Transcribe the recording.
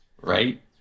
Right